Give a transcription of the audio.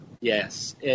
Yes